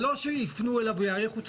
זה לא שיפנו אליו ויאריכו,